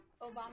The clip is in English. Obama